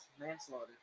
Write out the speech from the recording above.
Manslaughter